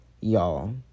y'all